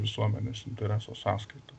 visuomenės intereso sąskaita